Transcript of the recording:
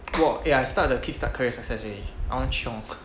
我 eh I start the kickstart career success already I want chiong